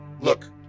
Look